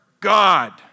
God